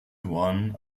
one